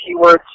keywords